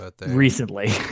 recently